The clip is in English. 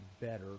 better